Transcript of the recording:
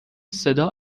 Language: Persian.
صدا